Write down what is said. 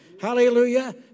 Hallelujah